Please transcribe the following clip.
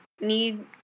need